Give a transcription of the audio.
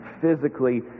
physically